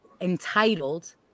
entitled